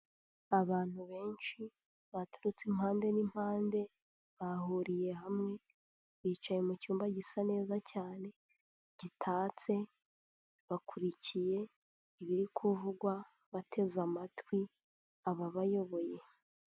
Abantu benshi baturutse impande n'impande bahuriye hamwe bicaye mu cyumba gisa neza cyane gitatse bakurikiye ibiri kuvugwa bateze amatwi ababayoboye.